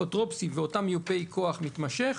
אפוטרופוסים ואותם מיופי כוח מתמשך,